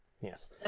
Yes